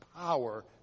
power